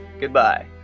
goodbye